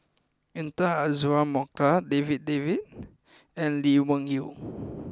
Intan Azura Mokhtar Darryl David and Lee Wung Yew